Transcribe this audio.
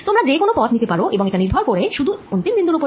তোমরা যে কোন পথ নিতে পারো এবং এটা নির্ভর করবে শুধু অন্তিম বিন্দুর ওপর